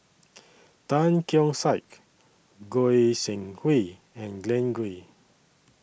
Tan Keong Saik Goi Seng Hui and Glen Goei